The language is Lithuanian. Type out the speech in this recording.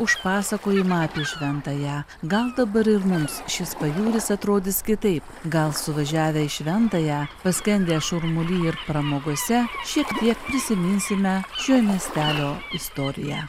už pasakojimą apie šventąją gal dabar ir mums šis pajūris atrodys kitaip gal suvažiavę į šventąją paskendę šurmuly ir pramogose šiek tiek prisiminsime šio miestelio istoriją